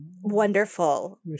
wonderful